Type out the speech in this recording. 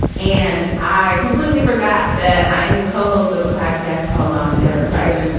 and i completely forgot that i am the co-host of a podcast called mom and dad are fighting